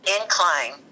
incline